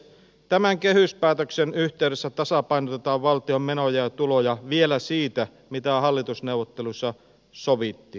tämän kehyspäätöksen yhteydessä tasapainotetaan valtion menoja ja tuloja vielä siitä mitä hallitusneuvotteluissa sovittiin